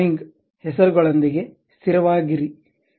ಹೆಸರುಗಳೊಂದಿಗೆ ಸ್ಥಿರವಾಗಿರಿ